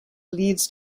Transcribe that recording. leads